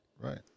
Right